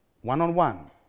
One-on-one